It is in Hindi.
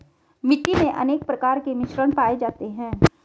मिट्टी मे अनेक प्रकार के मिश्रण पाये जाते है